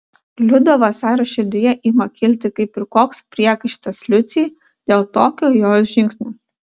liudo vasario širdyje ima kilti kaip ir koks priekaištas liucei dėl tokio jos žingsnio